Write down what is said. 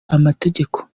amategeko